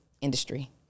industry